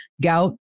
gout